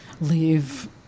leave